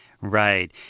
Right